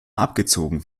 abgezogen